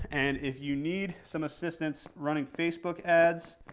and if you need some assistance running facebook ads